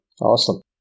Awesome